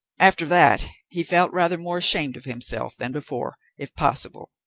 after that he felt rather more ashamed of himself than before, if possible,